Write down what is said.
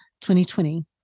2020